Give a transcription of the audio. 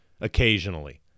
occasionally